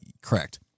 Correct